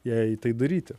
jai tai daryti